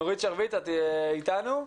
נורית שרביט, את איתנו?